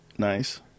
Nice